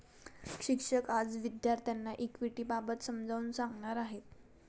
शिक्षक आज विद्यार्थ्यांना इक्विटिबाबत समजावून सांगणार आहेत